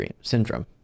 syndrome